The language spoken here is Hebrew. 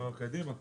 מי בעד סעיף 111?